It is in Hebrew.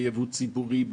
בייבוא ציבורי,